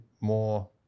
more –